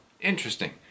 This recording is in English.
Interesting